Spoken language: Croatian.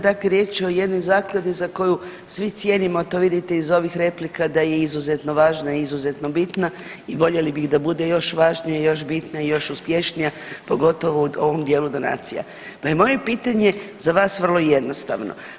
Dakle riječ je o jednoj Zakladi za koju svi cijenimo, a to vidite iz ovih replika da je izuzetno važno i izuzetno bitna i voljeli bi da bude još važnija, još bitnija i još uspješnija, pogotovo u ovom dijelu donacija pa je moje pitanje za vas vrlo jednostavno.